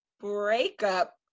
breakup